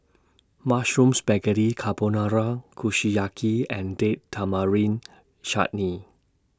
Mushroom Spaghetti Carbonara Kushiyaki and Date Tamarind Chutney